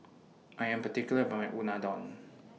I Am particular about My Unadon